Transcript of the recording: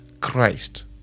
Christ